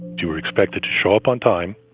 you were expected to show up on time.